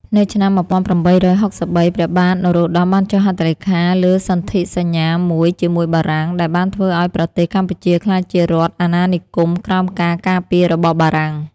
នៅឆ្នាំ ១៨៦៣ ព្រះបាទនរោត្តមបានចុះហត្ថលេខាលើសន្ធិសញ្ញាមួយជាមួយបារាំង ដែលបានធ្វើឱ្យប្រទេសកម្ពុជាក្លាយជារដ្ឋអាណានិគមក្រោមការការពាររបស់បារាំង។